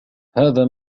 هذا